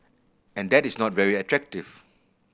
and that is not very attractive